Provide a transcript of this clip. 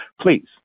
Please